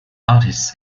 artists